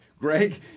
Greg